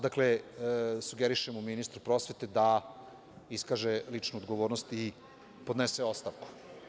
Dakle, sugerišemo ministru prosvete da iskaže ličnu odgovornost i podnese ostavku.